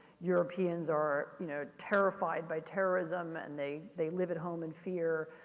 europeans are, you know, terrified by terrorism, and they they live at home in fear.